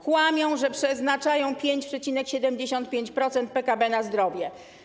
Kłamią, że przeznaczają 5,75% PKB na zdrowie.